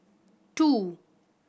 two